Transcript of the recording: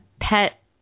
pet